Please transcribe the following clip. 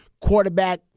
quarterback